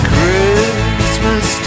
Christmas